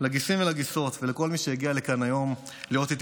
לגיסים ולגיסות ולכל מי שהגיע לכאן היום להיות איתי